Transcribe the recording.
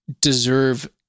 deserve